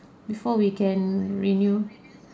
before we can renew